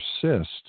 persist